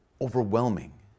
overwhelming